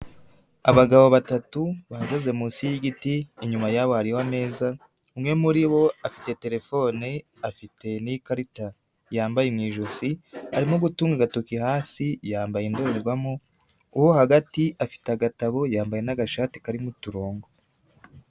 Abagabo batatu bahagaze munsi y'igiti inyuma yabo hariho ameza, umwe muri bo afite telefone, afite n'ikarita yambaye mu ijosi arimo gutunga agatoki hasi, yambaye indorerwamo, uwo hagati afite agatabo yambaye n'agashati karimo uturongo.